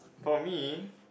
for me